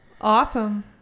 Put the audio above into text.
Awesome